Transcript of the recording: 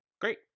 Great